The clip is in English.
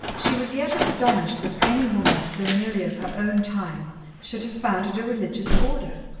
she was yet astonished that any woman so nearly of her own time should have founded a religious order.